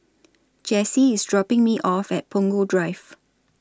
Jesse IS dropping Me off At Punggol Drive